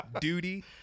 duty